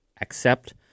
accept